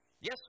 Yes